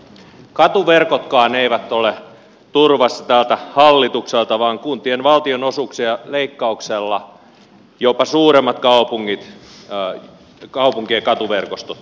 katuverkotkaan eivät ole turvassa tältä hallitukselta vaan kuntien valtionosuuksien leikkauksella jopa suurempien kaupunkien katuverkostot heikkenevät